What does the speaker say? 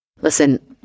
listen